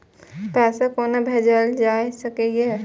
पैसा कोना भैजल जाय सके ये